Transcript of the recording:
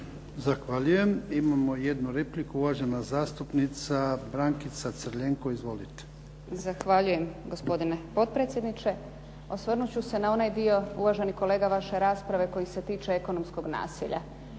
Zahvaljujem. Imamo jednu repliku. Uvažena zastupnica Brankica Crljenko. Izvolite. **Crljenko, Brankica (SDP)** Zahvaljujem gospodine potpredsjedniče. Osvrnut ću se na onaj dio uvaženi kolega vaše rasprave koji se tiče ekonomskog nasilja.